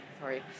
sorry